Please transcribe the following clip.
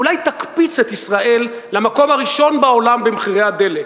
אולי תקפיץ את ישראל למקום הראשון בעולם במחירי הדלק,